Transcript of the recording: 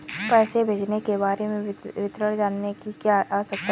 पैसे भेजने के बारे में विवरण जानने की क्या आवश्यकता होती है?